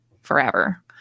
forever